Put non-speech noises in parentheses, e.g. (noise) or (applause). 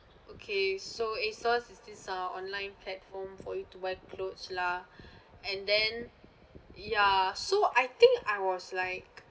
okay so asos is this uh online platform for you to buy clothes lah (breath) and then ya so I think I was like